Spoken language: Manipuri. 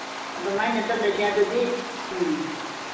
ꯑꯗꯨꯃꯥꯏꯅ ꯆꯠꯂꯁꯤ ꯑꯗꯨꯗꯤ ꯎꯝ